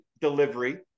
delivery